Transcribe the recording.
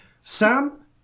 Sam